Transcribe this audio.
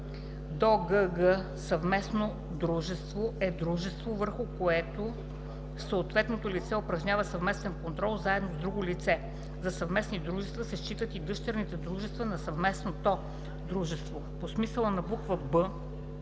„гг“ „съвместно дружество“ е дружество, върху което съответното лице упражнява съвместен контрол заедно с друго лице; за съвместни дружества се считат и дъщерните дружества на съвместното дружество. По смисъла на буква „б“